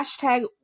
hashtag